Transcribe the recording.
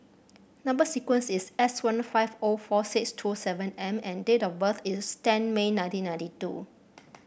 number sequence is S one five O four six two seven M and date of birth is ten May nineteen ninety two